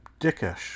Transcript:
dickish